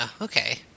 okay